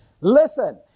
Listen